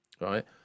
right